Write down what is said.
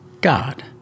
God